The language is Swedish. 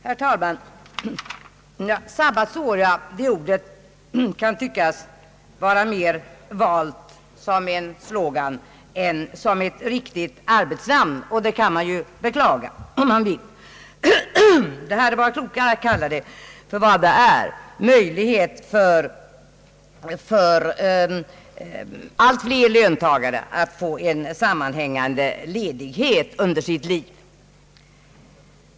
Herr talman! Ordet sabbatsår kan tyckas mera valt som en slogan än som ett riktigt arbetsnamn, och det kan man beklaga, om man vill. Det hade varit klokare att kalla det för vad det är, nämligen en möjlighet för allt fler löntagare att få en sammanhängande ledighet under sitt liv.